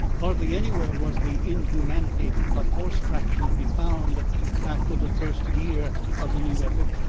hardly anywhere was the inhumanity of horse traction to be found after the first year of the new epoch,